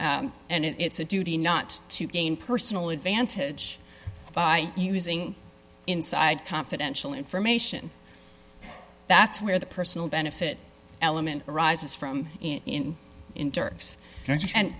transacting and it's a duty not to gain personal advantage by using inside confidential information that's where the personal benefit element arises from in jerks and